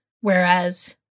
whereas